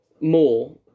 more